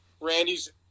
Randy's